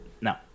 no